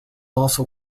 also